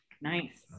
nice